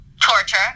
Torture